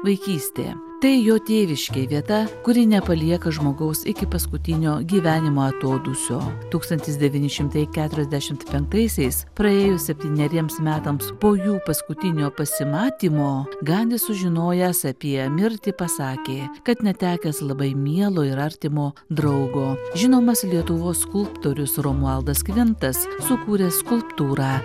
vaikystė tai jo tėviškė vieta kuri nepalieka žmogaus iki paskutinio gyvenimo atodūsio tūkstantis devyni šimtai keturiasdešimt penktaisiais praėjus septyneriems metams po jų paskutinio pasimatymo gandis sužinojęs apie mirtį pasakė kad netekęs labai mielo ir artimo draugo žinomas lietuvos skulptorius romualdas kvintas sukūrė skulptūrą